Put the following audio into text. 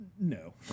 no